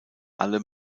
alle